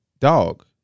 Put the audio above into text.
dog